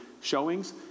showings